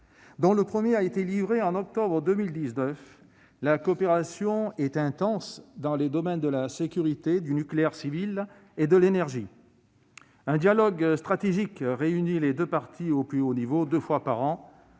dont le premier a été livré en octobre 2019. Notre coopération est intense dans les domaines de la sécurité, du nucléaire civil et de l'énergie. Un dialogue stratégique réunit les deux parties au plus haut niveau deux fois par an.